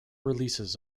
releases